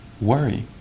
worry